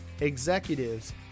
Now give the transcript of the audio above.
executives